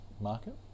market